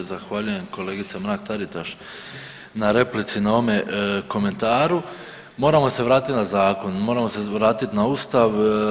Zahvaljujem kolegice Mrak Taritaš na replici, na ovome komentaru, moramo se vratiti na zakon, moramo se vratiti na Ustav.